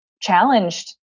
challenged